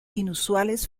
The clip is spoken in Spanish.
inusuales